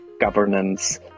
governance